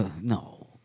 No